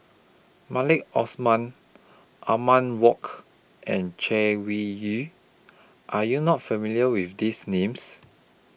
Maliki Osman Othman Wok and Chay Weng Yew Are YOU not familiar with These Names